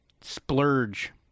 splurge